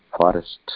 forest